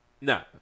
No